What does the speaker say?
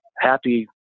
happy